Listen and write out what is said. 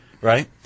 Right